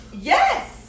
Yes